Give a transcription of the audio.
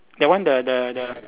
that one the the the